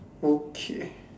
okay